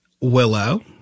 Willow